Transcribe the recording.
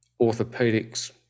orthopedics